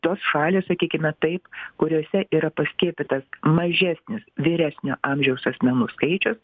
tos šalys sakykime taip kuriose yra paskiepytas mažesnis vyresnio amžiaus asmenų skaičius